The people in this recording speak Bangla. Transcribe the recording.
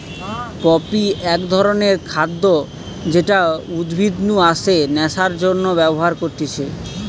পপি এক ধরণের খাদ্য যেটা উদ্ভিদ নু আসে নেশার জন্যে ব্যবহার করতিছে